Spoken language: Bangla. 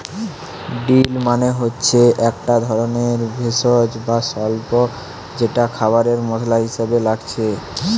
ডিল মানে হচ্ছে একটা ধরণের ভেষজ বা স্বল্প যেটা খাবারে মসলা হিসাবে লাগছে